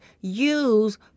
use